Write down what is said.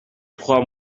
trois